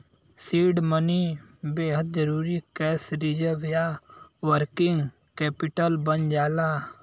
seed money बेहद जरुरी cash reserve या वर्किंग कैपिटल बन जाला